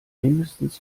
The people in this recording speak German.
mindestens